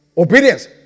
Obedience